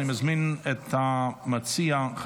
אושרה, ותעבור גם היא לוועדת החוץ והביטחון.